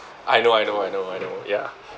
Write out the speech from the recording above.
I know I know I know I know ya